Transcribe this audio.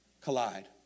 collide